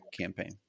campaign